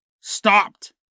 stopped